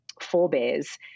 forebears